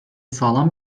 sağlam